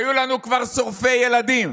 היו לנו כבר שורפי ילדים,